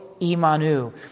Imanu